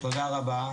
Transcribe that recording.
תודה רבה.